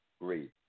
Great